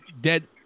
dead